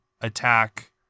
attack